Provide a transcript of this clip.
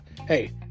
hey